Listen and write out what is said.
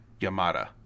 Yamada